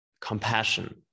compassion